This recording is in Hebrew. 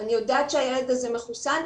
אני יודעת שהילד הזה מחוסן,